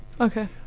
Okay